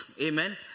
Amen